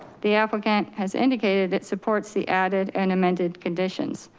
the applicant has indicated it supports the added and amended conditions.